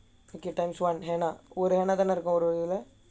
okay times one henna ஒன்னா இருக்கும் ஒன்னு ஒன்னு:onnaa irukkum onnu onnu